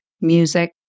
music